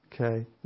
Okay